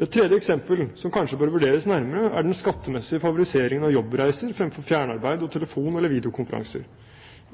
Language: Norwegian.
Et tredje eksempel, som kanskje bør vurderes nærmere, er den skattemessige favoriseringen av jobbreiser fremfor fjernarbeid og telefon- eller videokonferanser.